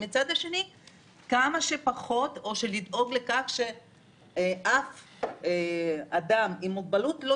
ומצד שני לדאוג לכך שאף אדם עם מוגבלות לא